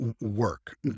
work